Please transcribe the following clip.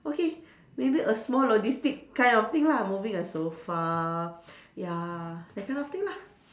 okay maybe a small logistic kind of thing lah moving a sofa ya that kind of thing lah